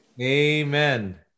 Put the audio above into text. Amen